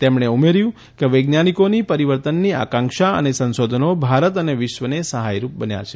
તેમણે ઉમેર્યું કે વૈજ્ઞાનિકોની પરિવર્તનની આકાંક્ષા અને સંશોધનો ભારત અને વિશ્વને સહાયરૂપ બન્યા છે